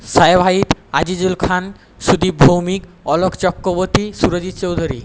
সাহেব হাইত আজিজুল খান সুদীপ ভৌমিক অলোক চক্রবর্তী সুরজিত চৌধুরী